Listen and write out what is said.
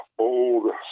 Old